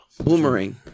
Boomerang